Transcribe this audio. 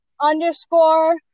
underscore